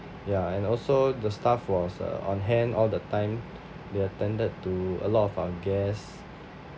ya and also the staff was uh on hand all the time they attended to a lot of our guest